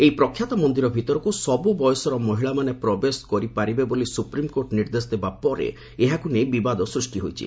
ଏହି ପ୍ରଖ୍ୟାତ ମନ୍ଦିର ଭିତରକୁ ସବୁ ବୟସର ମହିଳାମାନେ ପ୍ରବେଶ କରିପାରିବେ ବୋଲି ସୁପ୍ରିମ୍କୋର୍ଟ ନିର୍ଦ୍ଦେଶ ଦେବା ପରେ ଏହାକୁ ନେଇ ବିବାଦ ସୃଷ୍ଟି ହୋଇଛି